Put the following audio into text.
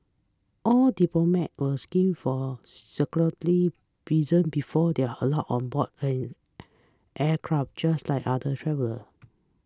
all diplomats were screened for security reasons before they are allowed on board an aircraft just like other travellers